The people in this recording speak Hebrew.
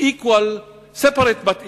separated but equal,